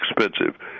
expensive